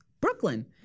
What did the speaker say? Brooklyn